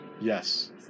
Yes